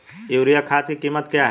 Urea खाद की कीमत क्या है?